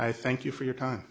i thank you for your time